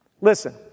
Listen